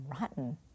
rotten